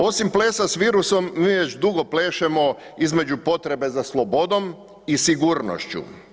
Osim plesa s virusom, mi već dugo plešemo između potrebe za slobodom i sigurnošću.